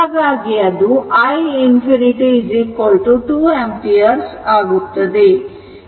ಹಾಗಾಗಿ ಅದು i ∞ 2 ampere ಆಗುತ್ತದೆ